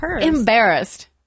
embarrassed